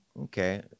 okay